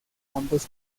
ambos